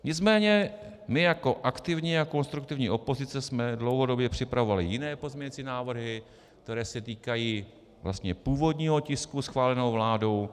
Nicméně my jako aktivní a konstruktivní opozice jsme dlouhodobě připravovali jiné pozměňující návrhy, které se týkají vlastně původního tisku schváleného vládou.